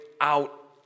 out